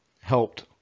helped